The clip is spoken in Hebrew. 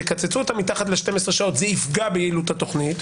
שכשיקצצו אותם מתחת ל-12 שעות זה יפגע ביעילות התוכנית,